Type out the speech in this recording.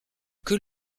que